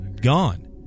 gone